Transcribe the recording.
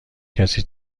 کسی